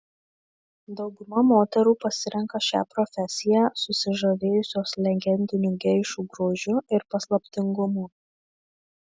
dauguma moterų pasirenka šią profesiją susižavėjusios legendiniu geišų grožiu ir paslaptingumu